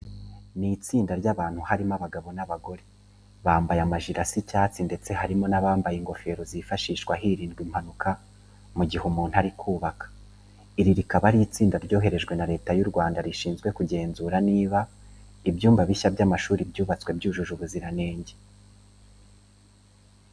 Ni itsinda ry'abantu harimo abagabo n'abagore, bambaye amajire asa icyatsi ndetse harimo n'abambaye ingofero zifashishwa hirindwa impanuka mu gihe umuntu ari kubaka. Iri rikaba ari itsinda ryoherejwe na Leta y'u Rwanda rishinzwe kugenzura niba ibyumba bishya by'amashuri byubatswe byujuje ibisabwa.